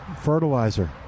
Fertilizer